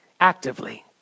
actively